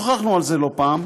ושוחחנו על זה לא פעם.